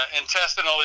intestinal